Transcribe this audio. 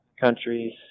countries